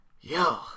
yo